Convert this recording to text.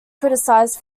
criticized